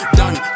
done